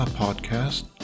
podcast